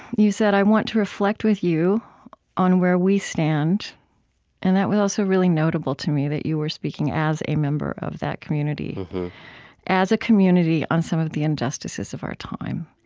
you said, i want to reflect with you on where we stand and that was also really notable to me, that you were speaking as a member of that community as a community, on some of the injustices of our time.